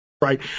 right